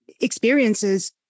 experiences